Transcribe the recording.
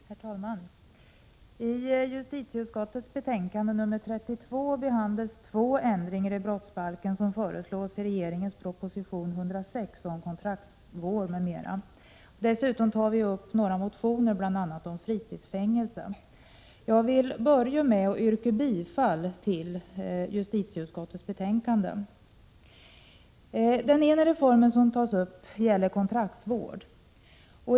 Herr talman! I justitieutskottets betänkande 32 behandlas två ändringar i brottsbalken som föreslås i regeringens proposition 106 om kontraktsvård m.m. Dessutom tar vi upp några motioner, bl.a. om fritidsfängelse. Jag vill börja med att yrka bifall till justitieutskottets hemställan. Den ena reformen som tas upp gäller kontraktsvård.